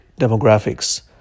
demographics